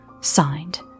Signed